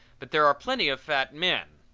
but there are plenty of fat men.